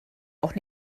auch